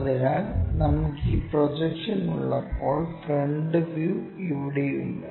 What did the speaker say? അതിനാൽ നമുക്ക് ഈ പ്രൊജക്ഷൻ ഉള്ളപ്പോൾ ഫ്രണ്ട് വ്യൂ ഇവിടെയുണ്ട്